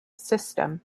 system